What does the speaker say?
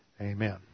Amen